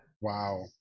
Wow